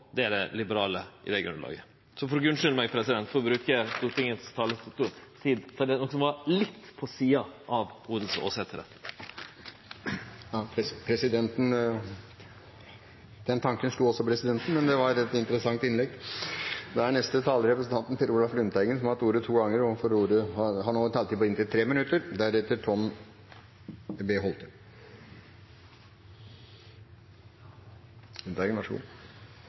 det er det liberale idégrunnlaget. Så får du unnskylde meg, president, for at eg brukte Stortingets talarstol til noko som er litt på sida av odels- og åsetesretten. Den tanken slo også presidenten, men det var et interessant innlegg. Per Olaf Lundteigen har hatt ordet to ganger, og får en taletid begrenset til 3 minutter.